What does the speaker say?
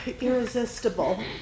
irresistible